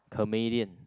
comedian